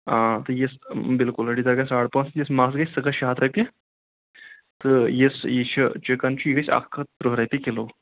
آ تہٕ یہِ بالکل ٲڑجہِ دار گَژھِ ساڑ پانٛژھ ہتھ یۄس مژھ گَژھِ سۄ گَژھِ شےٚ ہتھ رۄپیہِ تہٕ یۄس یہِ چھُ چِکَن چھُ یہِ گَژھِ اکھ ہتھ ترٕٛہ رۄپیہِ کِلوٗ